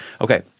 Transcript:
Okay